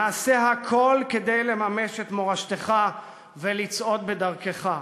נעשה הכול כדי לממש את מורשתך ולצעוד בדרכך.